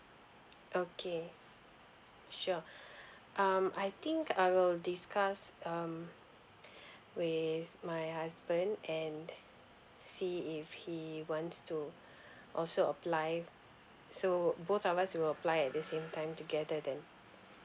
okay sure um I think I will discuss um with my husband and see if he wants to also apply so both of us will apply at the same time together then